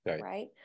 right